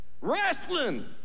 Wrestling